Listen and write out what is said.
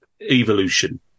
evolution